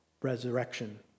resurrection